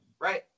Right